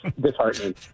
disheartening